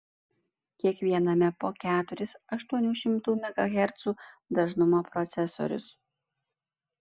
kiekviename po keturis aštuonių šimtų megahercų dažnumo procesorius